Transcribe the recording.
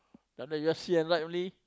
down there you just see the light only